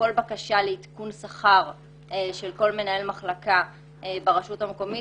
ובכל בקשה לעדכון שכר של כל מנהל מחלקה ברשות המקומית,